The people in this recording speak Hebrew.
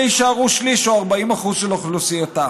אלא יישארו שליש או 40% של אוכלוסייתה.